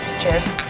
Cheers